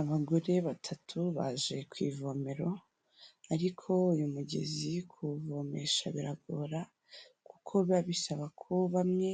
Abagore batatu baje ku ivomero, ariko uyu mugezi kuwuvomesha biragora, kuko biba bisaba ko bamwe